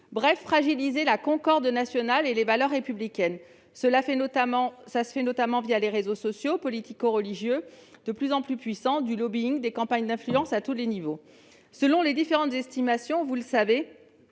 bref fragiliser la concorde nationale et les valeurs républicaines. Une telle stratégie passe notamment par des réseaux sociaux politico-religieux de plus en plus puissants, du lobbying et des campagnes d'influence à tous les niveaux. Selon différentes estimations, vous le savez,